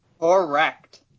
Correct